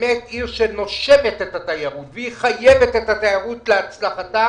באמת עיר שנושמת את התיירות והיא חייבת את התיירות להצלחתה,